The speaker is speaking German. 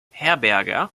herberger